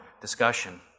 discussion